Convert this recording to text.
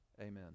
Amen